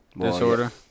disorder